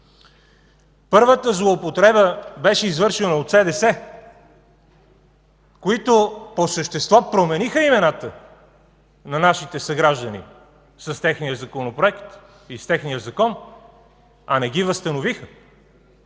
Първата злоупотреба беше извършена от СДС, които по същество промениха имената на нашите съграждани с техния законопроект и с техния закон, а не ги възстановиха,